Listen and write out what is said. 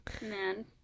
Man